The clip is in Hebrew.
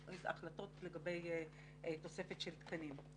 החלטות לגבי תוספת של תקנים.